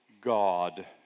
God